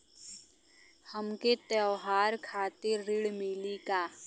हमके त्योहार खातिर ऋण मिली का?